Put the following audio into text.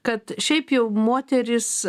kad šiaip jau moterys